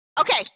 Okay